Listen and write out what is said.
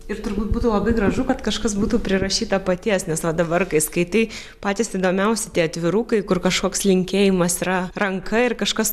ir turbūt būtų labai gražu kad kažkas būtų prirašyta paties nes dabar kai skaitai patys įdomiausi tie atvirukai kur kažkoks linkėjimas yra ranka ir kažkas